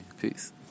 Peace